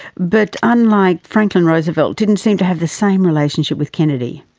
but, unlike franklin roosevelt, didn't seem to have the same relationship with kennedy.